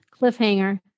Cliffhanger